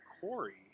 Corey